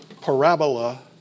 parabola